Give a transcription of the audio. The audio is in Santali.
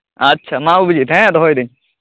ᱟᱪᱪᱷᱟ ᱢᱟ ᱚᱵᱷᱤᱡᱤᱛ ᱦᱮᱸ ᱫᱚᱦᱚᱭᱮᱫᱟᱹᱧ